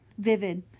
vivid,